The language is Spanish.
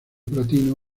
platino